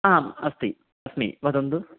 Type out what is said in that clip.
आम् अस्ति अस्मि वदन्तु